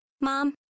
Mom